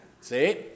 See